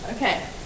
Okay